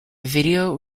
video